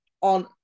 on